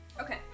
Okay